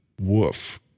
woof